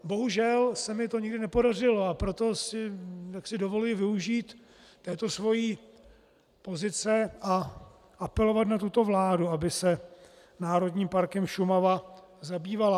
Bohužel se mi to nikdy nepodařilo, a proto si dovoluji využít této své pozice a apelovat na tuto vládu, aby se Národním parkem Šumava zabývala.